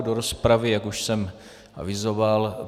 Do rozpravy, jak už jsem avizoval...